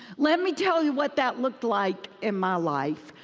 let me tell you what that looked like in my life.